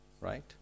Right